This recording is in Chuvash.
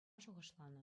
шухӑшланӑ